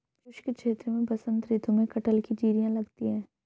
शुष्क क्षेत्र में बसंत ऋतु में कटहल की जिरीयां लगती है